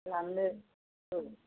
लांनो औ